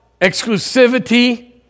exclusivity